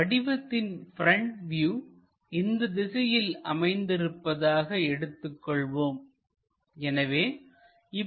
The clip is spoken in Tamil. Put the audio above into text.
வடிவத்தின் ப்ரெண்ட் வியூ இந்த திசையில் அமைந்து இருப்பதாக எடுத்துக் கொள்வோம்